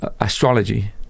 astrology